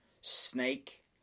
snake